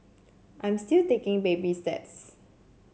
I'm still taking baby steps